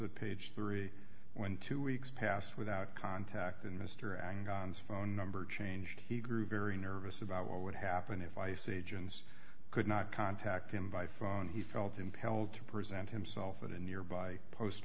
a page three when two weeks passed without contacting mr angolans phone number changed he grew very nervous about what would happen if ice agents could not contact him by phone he felt impelled to present himself at a nearby post